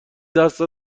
دست